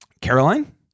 Caroline